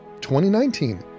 2019